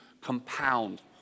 compound